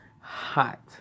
Hot